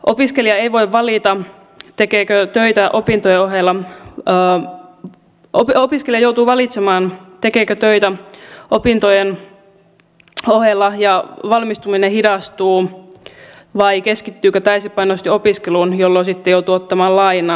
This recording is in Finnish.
opiskelija ei voi valita tekeekö töitä opintojen ohella päällä ote opiskelee joutuu valitsemaan tekeekö töitä opintojen ohella ja valmistuminen hidastuu vai keskittyykö täysipainoisesti opiskeluun jolloin sitten joutuu ottamaan lainaa